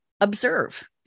observe